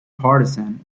partisan